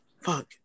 Fuck